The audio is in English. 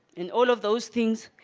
in all of those things